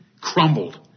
crumbled